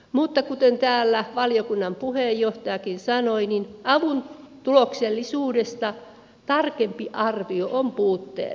mutta kuten täällä valiokunnan puheenjohtajakin sanoi tarkempi arvio avun tuloksellisuudesta on puutteellista